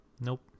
nope